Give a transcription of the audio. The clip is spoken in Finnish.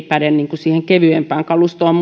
päde siihen kevyempään kalustoon